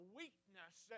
weakness